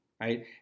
right